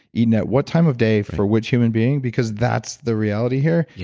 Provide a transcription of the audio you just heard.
you know what time of day for which human being, because that's the reality here. yeah